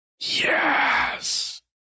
Yes